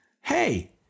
Hey